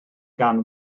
gan